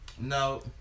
No